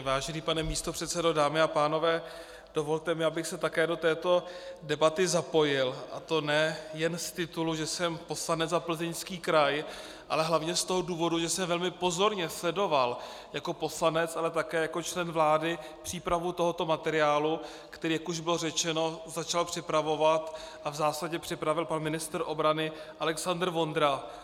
Vážený pane místopředsedo, dámy a pánové, dovolte mi, abych se také do této debaty zapojil, a to nejen z titulu, že jsem poslanec za Plzeňský kraj, ale hlavně z toho důvodu, že jsem velmi pozorně sledoval jako poslanec, ale také jako člen vlády přípravu tohoto materiálu, který, jak už bylo řečeno, začal připravovat a v zásadě připravil pan ministr obrany Alexandr Vondra.